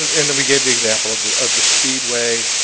and then we gave the example of the of the speedway